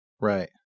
right